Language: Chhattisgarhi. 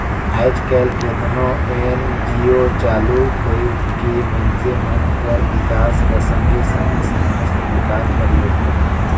आएज काएल केतनो एन.जी.ओ चालू कइर के मइनसे मन कर बिकास कर संघे संघे समाज कर बिकास बर योजना बनाथे